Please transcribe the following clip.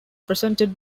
presented